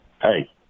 Hey